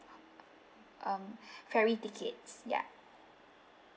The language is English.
um ferry tickets ya